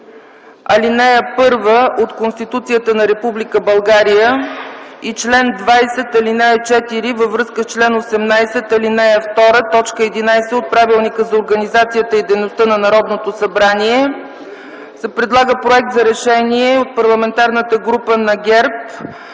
ал. 1 от Конституцията на Република България и чл. 20, ал. 4 във връзка с чл. 18, ал. 2, т. 11 от Правилника за организацията и дейността на Народното събрание се предлага Проект за решение от Парламентарната група на ГЕРБ,